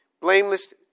Blameless